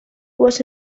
was